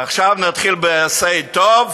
ועכשיו נתחיל ב"עשה טוב",